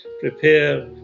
prepare